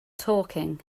talking